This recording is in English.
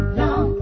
long